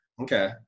Okay